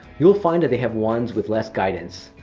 you'll find that they have ones with less guidance.